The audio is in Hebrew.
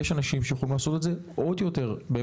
יש אנשים שיכולים לעשות את זה טוב מהרופאים,